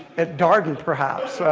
at darden perhaps.